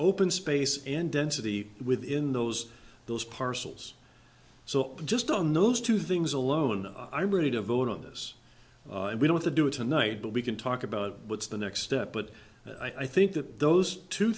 open space and density within those those parcels so just on those two things alone i'm ready to vote on this and we don't do it tonight but we can talk about what's the next step but i think that those two